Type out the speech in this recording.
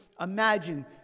imagine